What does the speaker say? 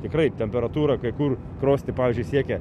tikrai temperatūra kai kur krosny pavyzdžiui siekia